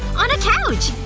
on a couch!